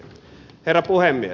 herra puhemies